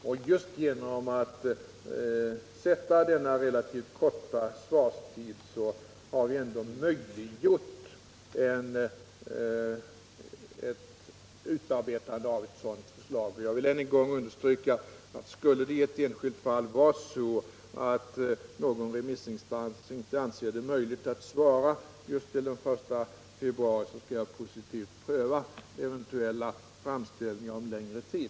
Och just genom att sätta denna relativt korta svarstid har vi ändå möjliggjort utarbetandet av ett sådant förslag. Jag vill än en gång understryka att skulle någon remissinstans inte anse det möjligt att svara just till den 1 februari skall jag positivt pröva eventuella framställningar om längre svarstid.